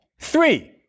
Three